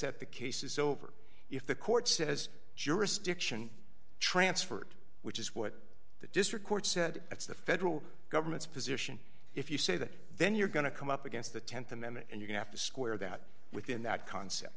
that the case is over if the court says jurisdiction transferred which is what the district court said that's the federal government's position if you say that then you're going to come up against the th amendment and you have to square that within that concept